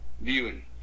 viewing